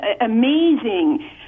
amazing